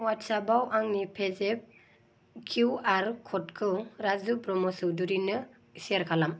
अवाट्सापाव आंनि पेजेफ किउआर क'डखौ राजु ब्रह्म' चौधुरिनो सेयार खालाम